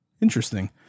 Interesting